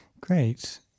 Great